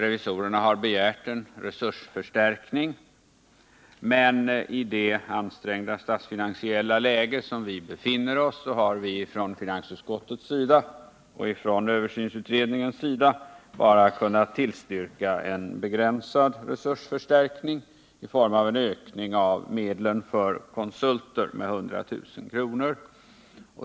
Revisorerna har begärt en resursförstärkning, men i det ansträngda statsfinansiella läge som vi befinner oss i har finansutskottet och översynsutredningen bara kunnat tillstyrka en begränsad resursförstärkning i form av en ökning av medlen för konsulter med 100 000 kr.